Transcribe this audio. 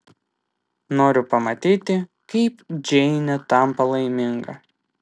noriu pamatyti kaip džeinė tampa laiminga